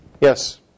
Yes